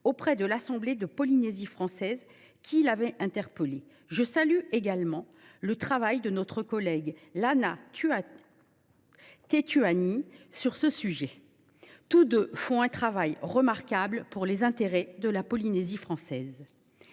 auprès de l’assemblée de la Polynésie française qui l’avait interpellé. Je salue également notre collègue Lana Tetuanui sur ce dossier. Tous deux ont réalisé un travail remarquable dans l’intérêt de la Polynésie française.